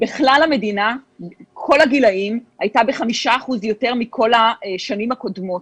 בכל הגילאים הייתה ב-5% יותר מכל השנים הקודמות.